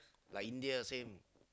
like India same